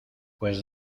pues